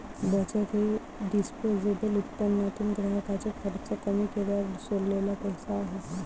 बचत हे डिस्पोजेबल उत्पन्नातून ग्राहकाचे खर्च कमी केल्यावर सोडलेला पैसा आहे